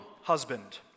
husband